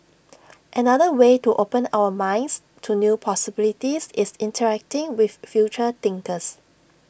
another way to open our minds to new possibilities is interacting with future thinkers